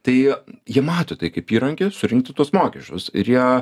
tai jie mato tai kaip įrankį surinkti tuos mokesčius ir jie